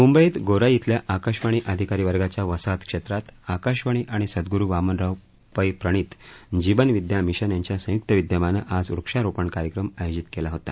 मुंबईत गोराई इथल्या आकाशवाणी अधिकारी वर्गाच्या वसाहत क्षेत्रात आकाशवाणी आणि सदग्रु वामनराव पै प्रणित जीवन विदया मिशन यांच्या संयुक्त विदयमाने आज वृक्षारोपण कार्यक्रम आयाजित केला होता